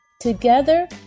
Together